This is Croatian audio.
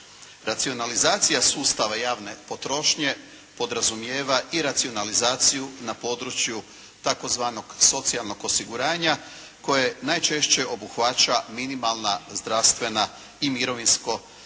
Racionalizacija sustava javne potrošnje podrazumijeva i racionalizaciju na području tzv. socijalnog osiguranja koje najčešće obuhvaća minimalna zdravstvena i mirovinsko osiguranje